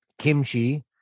kimchi